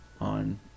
on